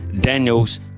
Daniels